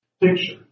picture